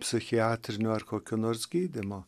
psichiatrinių ar kokio nors gydymo